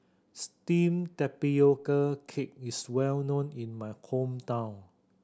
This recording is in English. steamed tapioca cake is well known in my hometown